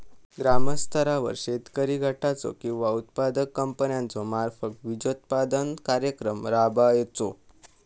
ग्रामस्तरावर शेतकरी गटाचो किंवा उत्पादक कंपन्याचो मार्फत बिजोत्पादन कार्यक्रम राबायचो?